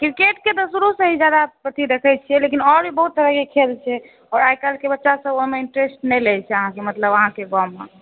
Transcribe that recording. क्रिकेटके तऽ शुरु से ही जादा प्रति देखै छियै लेकिन आओर भी बहुत तरहके खेल छै आओर आइकाल्हिके बच्चा सभ ओहिमे इन्ट्रेस्ट नहि लै छै मतलब अहाँके गाँवमे